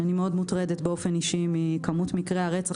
שאני מאוד מוטרדת באופן אישי מכמות מקרי הרצח